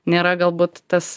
nėra galbūt tas